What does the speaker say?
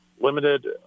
limited